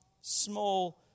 small